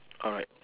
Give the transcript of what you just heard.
alright